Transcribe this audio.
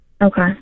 Okay